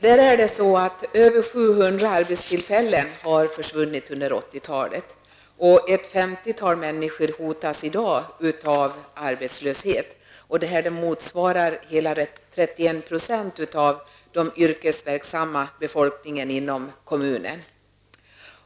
Där har över 700 arbetstillfällen försvunnit under 80-talet, och ett femtiotal människor hotas i dag av arbetslöshet. Det här motsvarar hela 31 % av den yrkesverksamma befolkningen inom kommunen.